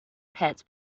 pets